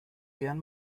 gern